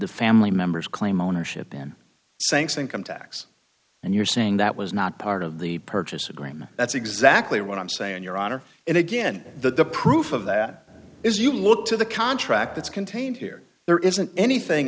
the family members claim ownership in sanctioning come tax and you're saying that was not part of the purchase agreement that's exactly what i'm saying your honor and again the proof of that is you look to the contract that's contained here there isn't anything